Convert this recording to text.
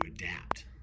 adapt